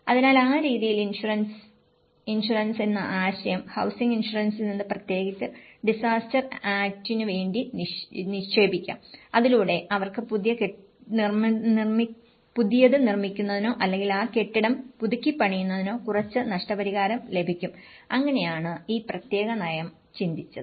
അതിനാൽ ആ രീതിയിൽ ഇൻഷുറൻസ് ഇൻഷുറൻസ് എന്ന ആശയം ഹൌസിംഗ് ഇൻഷുറൻസിൽ നിന്ന് പ്രത്യേകിച്ച് ഡിസാസ്റ്റർ ആക്റ്റിന് വേണ്ടി നിക്ഷേപിക്കാം അതിലൂടെ അവർക്ക് പുതിയത് നിർമ്മിക്കുന്നതിനോ അല്ലെങ്കിൽ ആ കെട്ടിടം പുതുക്കിപ്പണിയുന്നതിനോ കുറച്ച് നഷ്ടപരിഹാരം ലഭിക്കും അങ്ങനെയാണ് ഈ പ്രത്യേക നയം ചിന്തിച്ചത്